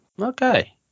okay